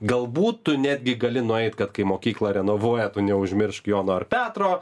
galbūt tu netgi gali nueit kad kai mokyklą renovuoja tu neužmiršk jono ar petro